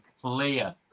clear